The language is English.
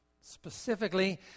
Specifically